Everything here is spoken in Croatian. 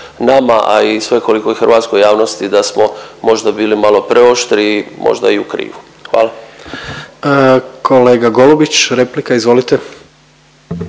nama a i svekolikoj hrvatskoj javnosti da smo možda bili malo preoštri i možda i u krivu. Hvala. **Jandroković, Gordan (HDZ)**